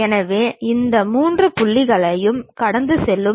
அதன் பக்கங்கள் A B மற்றும் C ஆகும்